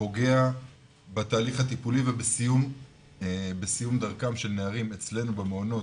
זה פוגע בתהליך הטיפולי ובסיום דרכם של נערים אצלנו במעונות,